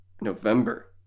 November